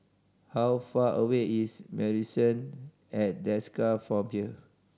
how far away is Marrison at Desker from here